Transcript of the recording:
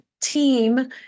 team